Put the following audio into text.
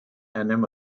einem